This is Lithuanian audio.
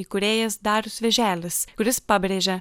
įkūrėjas darius vėželis kuris pabrėžia